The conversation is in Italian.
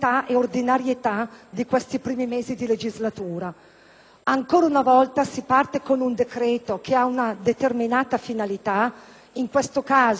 Ancora una volta, si parte con un decreto che ha una determinata finalità (in questo caso, assicurare adempimenti comunitari in materia di giochi);